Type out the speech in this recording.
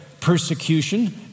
persecution